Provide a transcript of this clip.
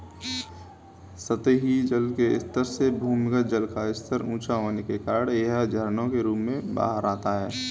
सतही जल के स्तर से भूमिगत जल का स्तर ऊँचा होने के कारण यह झरनों के रूप में बाहर आता है